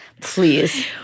Please